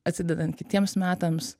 atsidedant kitiems metams